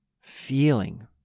feeling